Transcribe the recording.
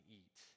eat